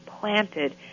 planted